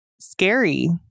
scary